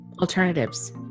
alternatives